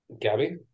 Gabby